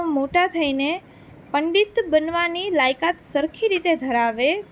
મોટા થઈને પંડિત બનવાની લાયકાત સરખી રીતે ધરાવે